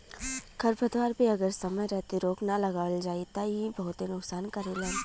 खरपतवार पे अगर समय रहते रोक ना लगावल जाई त इ बहुते नुकसान करेलन